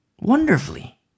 Wonderfully